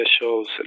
officials